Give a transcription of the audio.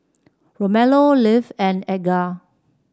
Romello Ivie and Edgar